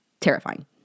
terrifying